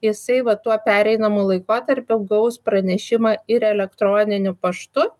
jisai va tuo pereinamu laikotarpiu gaus pranešimą ir elektroniniu paštu